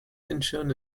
incheon